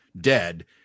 dead